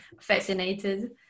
fascinated